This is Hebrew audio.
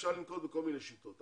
אפשר לנקוט בכל מיני שיטות.